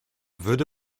würde